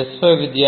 'హక్కులంటే'